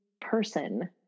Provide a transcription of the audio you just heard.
person